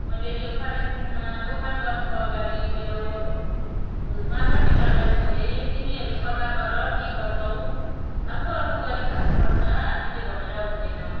मैले यो कालिम्पोङमा दोकान गर्नुको अगाडि मेरो माता पितालाई सोधेँ तिमीहरू सल्लाह गर के गर्छौ आफू आफू गरि खानु पर्छ हामीले भनेर हुँदैन